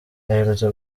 aherutse